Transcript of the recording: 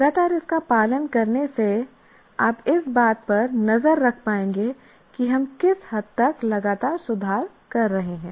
लगातार इसका पालन करने से आप इस बात पर नज़र रख पाएंगे कि हम किस हद तक लगातार सुधार कर रहे हैं